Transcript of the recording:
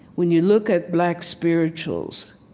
when you look at black spirituals,